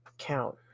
account